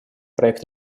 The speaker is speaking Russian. проект